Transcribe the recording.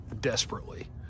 desperately